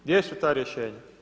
Gdje su ta rješenja?